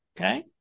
okay